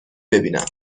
ببینم